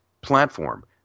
platform